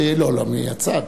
לא לא, מהצד,